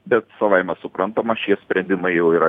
bet savaime suprantama šie sprendimai jau yra